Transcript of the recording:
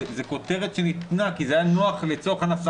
זו כותרת שניתנה כי זה היה נוח לצורך הנסחות.